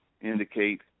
indicate